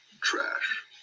Trash